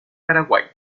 paraguay